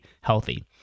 healthy